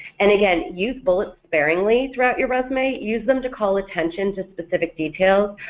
and again, use bullets sparingly throughout your resume, use them to call attention to specific details,